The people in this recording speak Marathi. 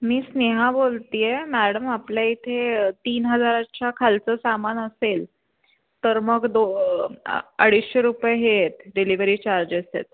मी स्नेहा बोलत आहे मॅडम आपल्या इथे तीन हजाराच्या खालचं सामान असेल तर मग दो अडीचशे रुपये हे आहेत डिलिव्हरी चार्जेस आहेत